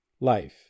Life